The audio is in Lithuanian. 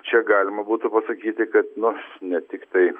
čia galima būtų pasakyti kad nu ne tiktai